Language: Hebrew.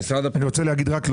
אני רוצה להוסיף.